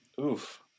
Oof